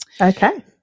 Okay